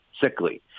sickly